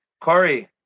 Corey